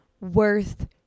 worth